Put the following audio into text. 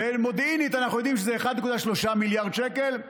מודיעינית, אנחנו יודעים שזה 1.3 מיליארד שקל,